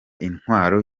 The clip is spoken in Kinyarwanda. intwaro